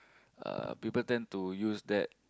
uh people tend to use that